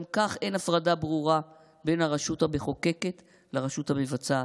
גם כך אין הפרדה ברורה בין הרשות המחוקקת לרשות המבצעת,